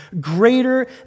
greater